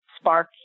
spark